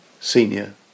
senior